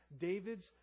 David's